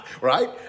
right